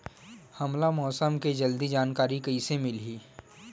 हमला मौसम के जल्दी जानकारी कइसे मिलही?